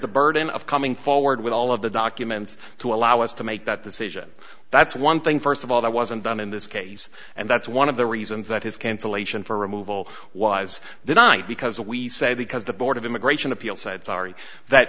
the burden of coming forward with all of the documents to allow us to make that decision that's one thing first of all that wasn't done in this case and that's one of the reasons that his cancellation for removal was the night because we said because the board of immigration appeals said sorry that